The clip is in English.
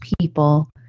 people